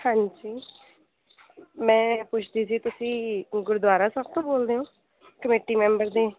ਹਾਂਜੀ ਮੈਂ ਪੁੱਛਦੀ ਸੀ ਤੁਸੀਂ ਗੁ ਗੁਰਦਆਰਾ ਸਾਹਿਬ ਤੋਂ ਬੋਲਦੇ ਹੋ ਕਮੇਟੀ ਮੈਂਬਰ ਦੇ